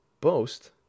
boast